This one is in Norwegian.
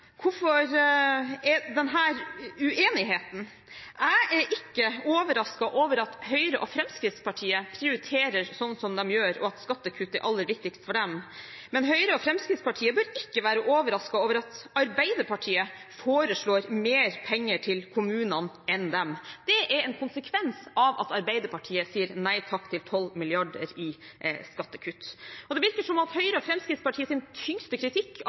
Hvorfor denne uenigheten? Jeg er ikke overrasket over at Høyre og Fremskrittspartiet prioriterer som de gjør, og at skattekutt er aller viktigst for dem. Men Høyre og Fremskrittspartiet bør ikke være overrasket over at Arbeiderpartiet foreslår mer penger til kommunene enn dem. Det er en konsekvens av at Arbeiderpartiet sier nei takk til 12 mrd. kr i skattekutt. Det virker som Høyres og Fremskrittspartiets tyngste kritikk